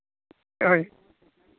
ᱦᱳᱭ